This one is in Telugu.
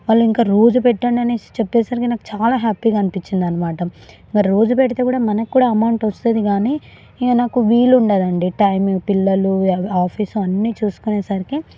వాళ్ళు ఇంకా రోజూ పెట్టండి అనేసి చెప్పేసరికి నాకు చాలా హ్యాపీగా అనిపించిందన్నమాట మరి రోజూ పెడితే కూడా మనకు కూడా అమౌంట్ వస్తుంది కానీ ఇక నాకు వీలు ఉండదు అండి టైం పిల్లలు ఆఫీస్ అన్నీ చూసుకొనేసరికి